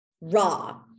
raw